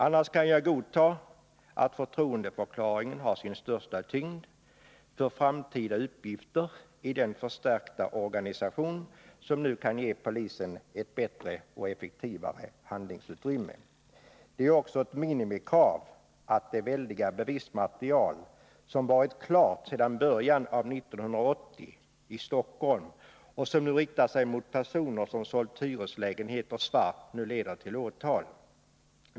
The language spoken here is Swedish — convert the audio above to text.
Annars kan jag ju godta att förtroendeförklaringen har sin största tyngd för de framtida uppgifter i den förstärkta organisationen, som nu kan ge polisen ett bättre och effektivare handlingsutrymme. Det är också ett minimikrav att det väldiga bevismaterial som varit klart sedan början av 1980 i Stockholm och som riktar sig mot personer som sålt hyreslägenheter svart nu leder till åtal.